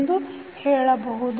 ಎಂದು ಹೇಳಬಹುದು